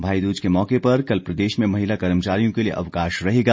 भाईदूज के मौके पर कल प्रदेश में महिला कर्मचारियों के लिए अवकाश रहेगा